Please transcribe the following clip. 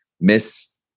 miss